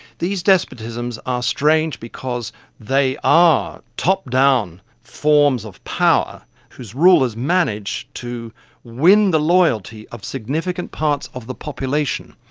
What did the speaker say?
these despotisms are ah strange because they are top-down forms of power whose rulers manage to win the loyalty of significant parts of the population.